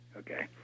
Okay